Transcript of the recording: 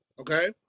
okay